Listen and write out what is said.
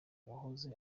wahoze